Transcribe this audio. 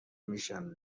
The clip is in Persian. میشم